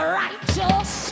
righteous